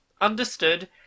understood